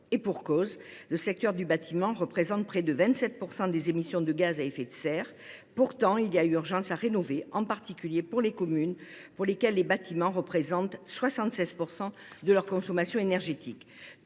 %. En effet, le secteur du bâtiment représente près de 27 % des émissions de gaz à effet de serre. Partout, il y a urgence à rénover, en particulier dans les communes pour lesquelles les bâtiments représentent 76 % de leur consommation énergétique.